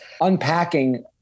unpacking